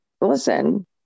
listen